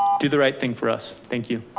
do the right thing for us, thank you.